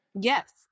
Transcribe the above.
Yes